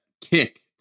kick